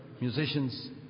musicians